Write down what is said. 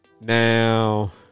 Now